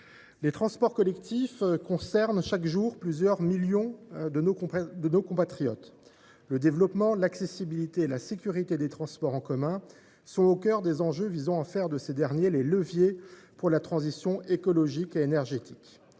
les transports collectifs concernent chaque jour plusieurs millions de nos compatriotes. Le développement, l’accessibilité et la sécurité des transports en commun sont au cœur des enjeux visant à faire de ces derniers des leviers pour la transition écologique et énergétique.